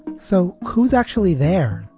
so who's actually there?